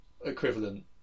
equivalent